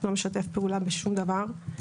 לא משתף פעולה בשום דבר,